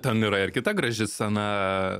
ten yra ir kita graži scena